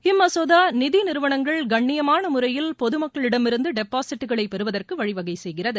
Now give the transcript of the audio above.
இம்மசோதா நிதி நிறுவனங்கள் கண்ணியமான முறையில் பொது மக்களிடமிருந்து டெபாசிட்டுகளை பெறுவதற்கு வழிவகை செய்கிறது